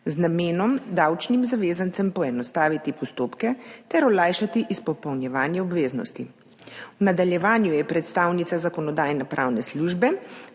z namenom davčnim zavezancem poenostaviti postopke ter olajšati izpolnjevanje obveznosti. V nadaljevanju je predstavnica Zakonodajno-pravne službe